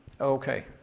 Okay